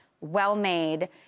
well-made